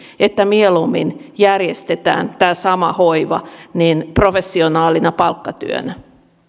että mieluummin järjestetään tämä sama hoiva professionaalina palkkatyönä